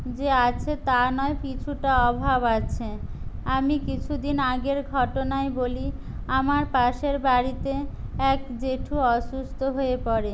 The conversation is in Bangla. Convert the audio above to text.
যে আছে তা নয় কিছুটা অভাব আছে আমি কিছু দিন আগের ঘটনাই বলি আমার পাশের বাড়িতে এক জেঠু অসুস্থ হয়ে পড়ে